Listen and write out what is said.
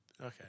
Okay